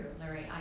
Larry